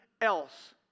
else